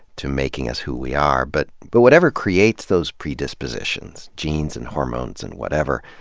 to making us who we are. but but whatever creates those predispositions, genes and hormones and whatever,